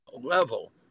level